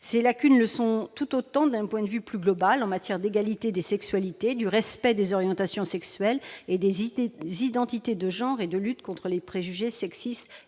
Les lacunes sont également grandes en matière d'égalité des sexualités, de respect des orientations sexuelles et des identités de genre et de lutte contre les préjugés sexistes